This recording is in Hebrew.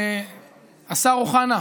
השר אוחנה,